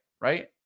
right